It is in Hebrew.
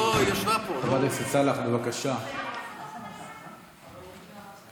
אני לא אאפשר לך להתחיל לדבר עד שייכנס שר תורן למליאה.